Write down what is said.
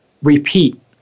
Repeat